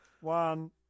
One